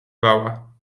wała